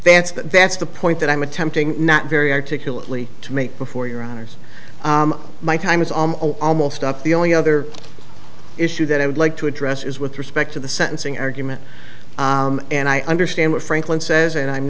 that's but that's the point that i'm attempting not very articulately to make before your honor's my time is almost up the only other issue that i would like to address is with respect to the sentencing argument and i understand what franklin says and i'm